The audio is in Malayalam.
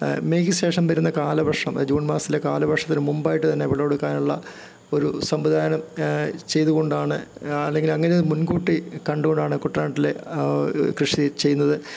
മെയ്ക്കു ശേഷം വരുന്ന കാലവർഷം ജൂൺ മാസത്തിലെ കാലവർഷത്തിനു മുമ്പായിട്ട് തന്നെ വിളവെടുക്കാനുള്ള ഒരു സംവിധാനം ചെയ്തു കൊണ്ടാണ് അല്ലെങ്കില് അങ്ങനെ മുൻകൂട്ടി കണ്ടുകൊണ്ടാണ് കുട്ടനാട്ടിലെ കൃഷി ചെയ്യുന്നത്